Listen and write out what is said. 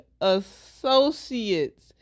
Associates